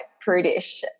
prudish